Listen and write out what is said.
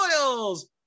Royals